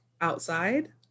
outside